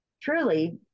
Truly